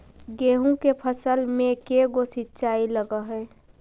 गेहूं के फसल मे के गो सिंचाई लग हय?